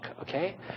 okay